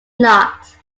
not